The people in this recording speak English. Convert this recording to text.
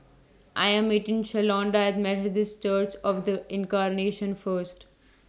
I Am meeting Shalonda At Methodist Church of The Incarnation First